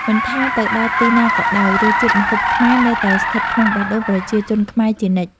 មិនថាទៅដល់ទីណាក៏ដោយ រសជាតិម្ហូបខ្មែរនៅតែស្ថិតក្នុងបេះដូងប្រជាជនខ្មែរជានិច្ច។